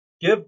give